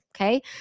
Okay